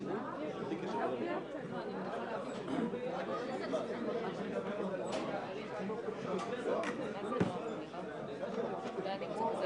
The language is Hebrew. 11:40.